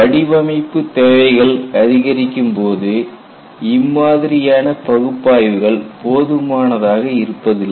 வடிவமைப்பு தேவைகள் அதிகரிக்கும்போது இம்மாதிரியான பகுப்பாய்வுகள் போதுமானதாக இருப்பதில்லை